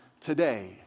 today